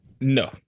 No